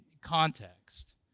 context